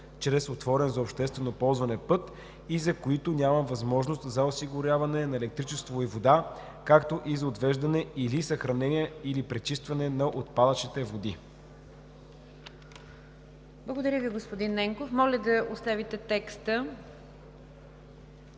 чрез отворен за обществено ползване път и за които няма възможност за осигуряване на електричество и вода, както и за отвеждане или съхранение, или пречистване на отпадъчните води.“ ПРЕДСЕДАТЕЛ НИГЯР ДЖАФЕР: Благодаря Ви, господин Ненков. Моля да оставите текста,